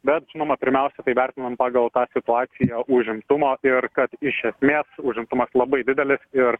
bet žinoma pirmiausia tai vertinam pagal tą situaciją užimtumo ir kad iš esmės užimtumas labai didelis ir